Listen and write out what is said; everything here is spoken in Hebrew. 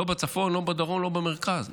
לא בצפון, לא בדרום, לא במרכז.